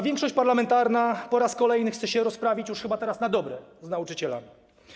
Większość parlamentarna po raz kolejny chce się rozprawić, już chyba teraz na dobre, z nauczycielami.